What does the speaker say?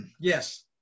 Yes